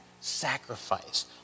sacrifice